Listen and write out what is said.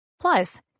Plus